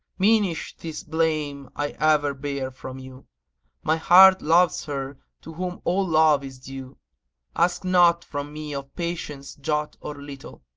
minish this blame i ever bear from you my heart loves her to whom all love is due ask not from me of patience jot or little,